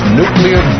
nuclear